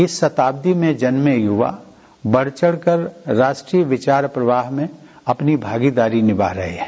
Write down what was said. इस शताब्दी में जन्मे युवा बढ़ चढ़ कर राष्ट्रीय विचार प्रवाह में अपनी भागीदारी निभा रहे है